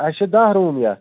اَسہِ چھِ دَہ روٗم یتھ